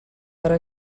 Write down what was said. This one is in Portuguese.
para